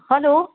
hello